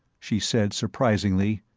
she said surprisingly,